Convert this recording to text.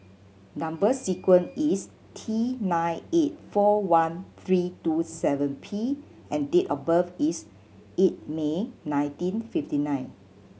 number sequence is T nine eight four one three two seven P and date of birth is eight May nineteen fifty nine